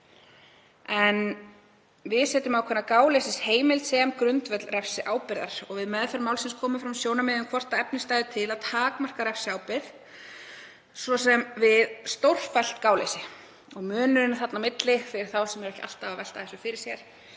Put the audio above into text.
En við setjum ákveðna gáleysisheimild sem grundvöll refsiábyrgðar. Við meðferð málsins komu fram sjónarmið um hvort efni stæðu til að takmarka refsiábyrgð, svo sem við stórfellt gáleysi. Og munurinn þarna á milli, fyrir þá sem ekki eru alltaf að velta þessu fyrir sér,